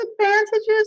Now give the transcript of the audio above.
advantages